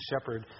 Shepherd